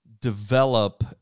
develop